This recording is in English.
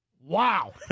Wow